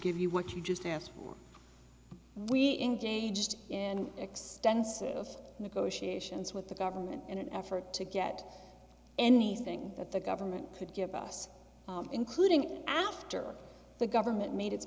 give you what you just asked for we in gauged and extensive negotiations with the government in an effort to get anything that the government could give us including after the government made